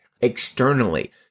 externally